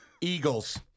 Eagles